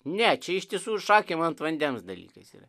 ne čia iš tiesų šakėm ant vandens dalykais yra